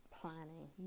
planning